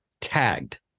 tagged